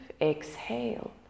Exhale